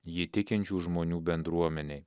jį tikinčių žmonių bendruomenei